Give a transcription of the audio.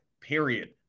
Period